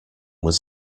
was